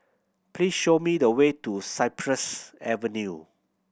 please show me the way to Cypress Avenue